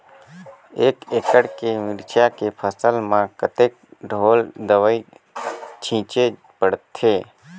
एक एकड़ के मिरचा के फसल म कतेक ढोल दवई छीचे पड़थे?